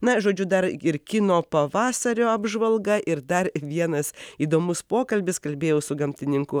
na žodžiu dar ir kino pavasario apžvalga ir dar vienas įdomus pokalbis kalbėjau su gamtininku